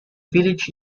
village